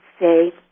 say